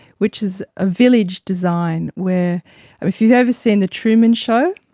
which is a village design where if you've ever seen the truman show,